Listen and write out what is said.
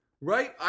Right